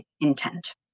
intent